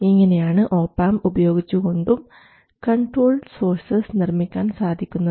ഇങ്ങനെയാണ് ഒപാംപ് ഉപയോഗിച്ചും control sources നിർമ്മിക്കാൻ സാധിക്കുന്നത്